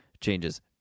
changes